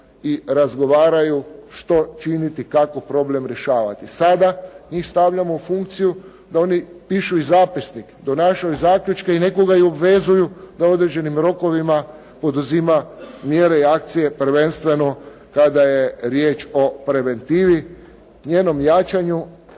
i razgovaraju što činiti, kako problem rješavati. Sada mi stavljamo u funkciju da oni pišu i zapisnik, donašaju i zaključke i nekoga i obvezuju da određenim rokovima poduzima mjere i akcije prvenstveno kada je riječ o preventivi, njenom jačanju,